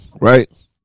right